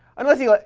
unless he, like